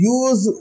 use